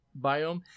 biome